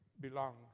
belongs